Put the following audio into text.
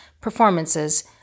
performances